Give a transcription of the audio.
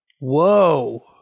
Whoa